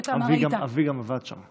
אבי גם עבד שם.